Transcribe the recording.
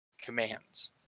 commands